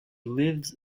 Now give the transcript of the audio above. lives